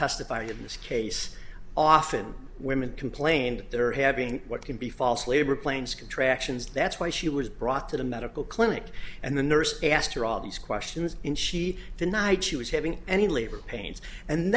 testify in this case often women complained they were having what could be false labor planes contractions that's why she was brought to the medical clinic and the nurse asked her all these questions and she denied she was having any labor pains and